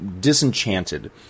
disenchanted